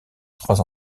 trois